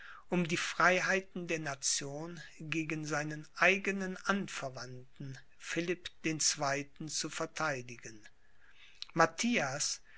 um die freiheiten der nation gegen seinen eigenen anverwandten philipp den zweiten zu vertheidigen matthias